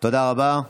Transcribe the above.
תודה רבה.